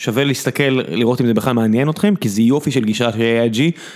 שווה להסתכל, לראות אם זה בכלל מעניין אתכם, כי זה יופי של גישה אחרי ה-IG.